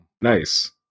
Nice